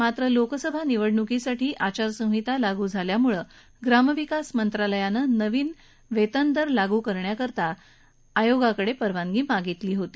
मात्र लोकसभा निवडणुकीसाठी आचारसंहिता लागू झाल्यामुळे ग्रामविकास मंत्रालयानं नवे वेतन दर लागू करण्यासाठी निवडणूक आयोगाकडे परवानगी मागितली होती